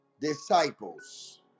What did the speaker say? disciples